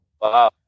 Wow